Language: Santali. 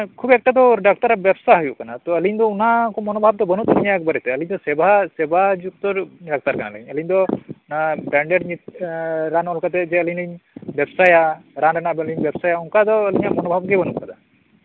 ᱢᱟᱱᱮ ᱠᱷᱩᱵ ᱮᱠᱴᱟ ᱫᱚ ᱢᱟᱱᱮ ᱰᱟᱠᱴᱚᱨᱟᱜ ᱵᱮᱵᱥᱟ ᱦᱳᱭᱳᱜ ᱠᱟᱱᱟ ᱚ ᱟᱞᱤᱧ ᱫᱚ ᱚᱱᱟ ᱠᱚ ᱢᱚᱱᱳᱵᱷᱟᱵᱽ ᱫᱚ ᱵᱟᱱᱩᱜ ᱛᱟᱞᱤᱧᱟ ᱮᱠᱵᱟᱨᱮ ᱛᱮ ᱥᱮᱵᱟ ᱥᱮᱵᱟ ᱡᱩᱠᱛᱚ ᱰᱟᱠᱛᱟᱨ ᱠᱟᱱᱟᱞᱤᱧ ᱟᱞᱤᱧ ᱫᱚ ᱵᱨᱮᱱᱰᱮᱰ ᱨᱟᱱ ᱚᱞ ᱠᱟᱛᱮ ᱡᱮ ᱟᱞᱤᱧ ᱞᱤᱧ ᱵᱮᱵᱽᱥᱟᱭᱟ ᱨᱟᱱ ᱨᱮᱱᱟᱜ ᱞᱤᱧ ᱵᱮᱵᱽᱥᱟᱭᱟ ᱚᱱᱟᱠᱟ ᱫᱚ ᱢᱚᱱᱳᱵᱷᱟᱵᱽ ᱜᱮ ᱟᱞᱤᱧᱟᱜ ᱫᱚ ᱵᱟᱱᱩᱜ ᱟᱠᱟᱫᱟ